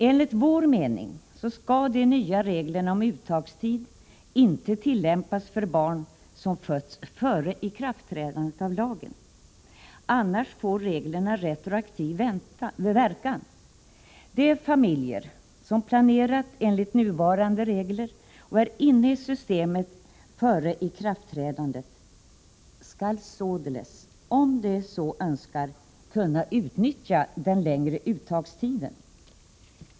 Enligt vår mening skall de nya reglerna om uttagstid inte tillämpas för barn som fötts före ikraftträdandet av lagen. Annars får reglerna retroaktiv verkan. De familjer som planerat enligt nuvarande regler och är inne i systemet före ikraftträdandet skall således, om de så önskar, kunna utnyttja den längre uttagstiden.